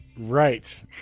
Right